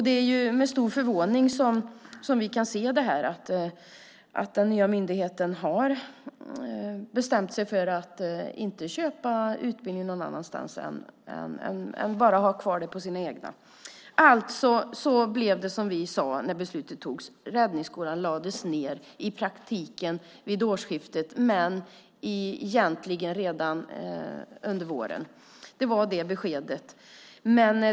Det är med stor förvåning vi kan se att den nya myndigheten har bestämt sig för att inte köpa utbildning någon annanstans utan bara ha kvar det på sina egna. Alltså blev det som vi sade när beslutet togs: Räddningsskolan lades ned, i praktiken vid årsskiftet, men egentligen redan under våren. Det var det beskedet.